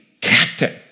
captain